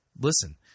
listen